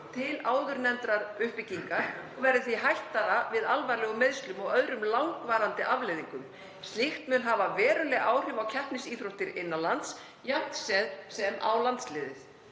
til áðurnefndrar uppbyggingar og verði því hættara við alvarlegum meiðslum og öðrum langvarandi afleiðingum. Slíkt mun hafa veruleg áhrif á keppnisíþróttir innan lands, jafnt sem á landsliðið.